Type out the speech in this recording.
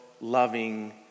loving